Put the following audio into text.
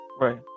Right